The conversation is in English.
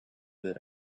that